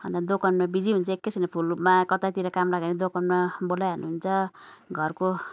अन्त दोकानमा बिजी हुन्छु एकैछिनमा फुलमा कतैतिर काम लाग्यो भने दोकानमा बेलाइहाल्नुहुन्छ घरको